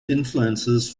influences